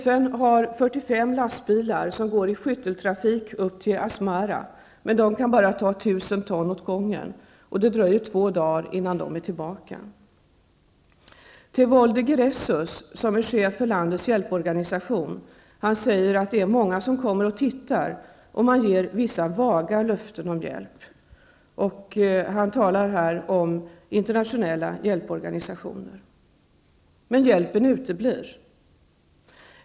FN har 45 lastbilar som går i skytteltrafik upp till Asmara, men de kan bara ta 1 000 ton åt gången, och resan tar två dagar i anspråk. Tewolde Geressus, som är chef för landets hjälporganisation, säger att det är många som kommer och tittar och att internationella hjälporganisationer ger vissa vaga löften om hjälp. Men hjälpen uteblir.